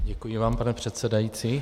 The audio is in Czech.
Děkuji vám, pane předsedající.